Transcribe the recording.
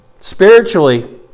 Spiritually